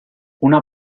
una